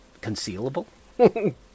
concealable